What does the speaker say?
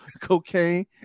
cocaine